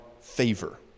favor